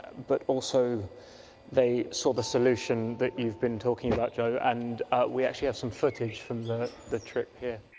but also they saw the solution that you've been talking about jo, and we actually have some footage from the the trip here.